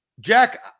Jack